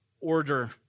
order